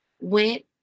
Went